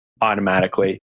automatically